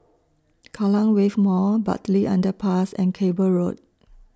Kallang Wave Mall Bartley Underpass and Cable Road